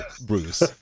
Bruce